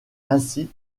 ainsi